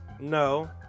No